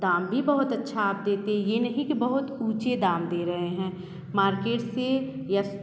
दाम भी बहुत अच्छा आप देते हैं यह नहीं की बहुत ऊँचे दाम दे रहे हैं मार्केट से या